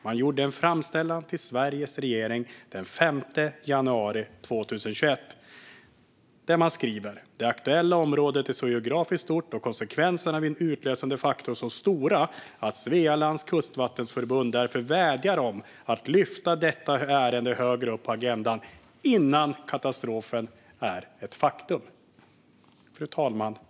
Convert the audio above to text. Man gjorde en framställan till Sveriges regering den 5 januari 2021 där man skrev: Det aktuella området är så geografiskt stort och konsekvenserna vid en utlösande faktor så stora att Svealands Kustvattenvårdsförbund därför vädjar om att lyfta detta ärende högre upp på agendan innan katastrofen är ett faktum. Fru talman!